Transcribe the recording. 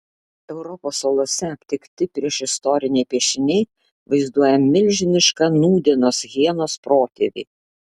europos olose aptikti priešistoriniai piešiniai vaizduoja milžinišką nūdienos hienos protėvį